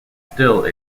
still